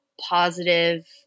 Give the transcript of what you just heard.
positive